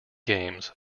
games